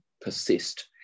persist